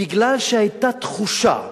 כי היתה תחושה של,